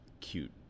cute